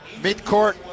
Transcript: midcourt